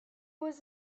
was